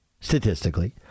Statistically